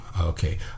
okay